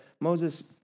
Moses